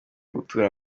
gutura